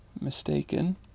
mistaken